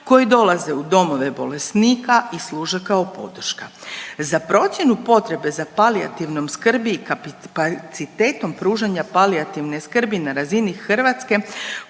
koji dolaze u domove bolesnika i služe kao podrška. Za procjenu potrebe za palijativnom skrbi i kapacitetom pružanja palijativne skrbi na razini Hrvatske